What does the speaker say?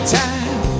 time